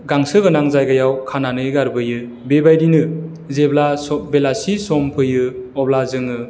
गांसो गोनां जायगायाव खानानै गारबोयो बेबायदिनो जेब्ला बेलासि सम फैयो अब्ला जोङो